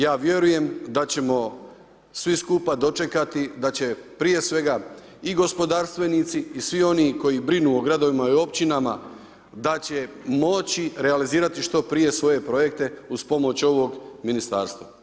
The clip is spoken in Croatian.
Ja vjerujem da ćemo svi skupa dočekati da će prije svega i gospodarstvenici i svi oni koji brinu o gradovima i općina, da će moći realizirati što prije svoje projekte uz pomoć ovog ministarstva.